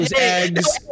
eggs